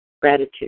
Gratitude